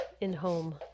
in-home